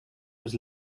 was